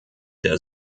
der